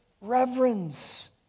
reverence